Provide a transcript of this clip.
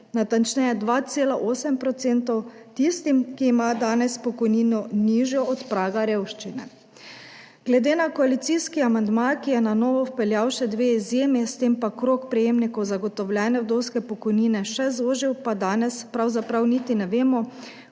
natančneje 2,8 % tistim, ki imajo danes pokojnino nižjo od praga revščine. Glede na koalicijski amandma, ki je na novo vpeljal še dve izjemi, s tem pa krog prejemnikov zagotovljene vdovske pokojnine še zožil, pa danes pravzaprav niti ne vemo,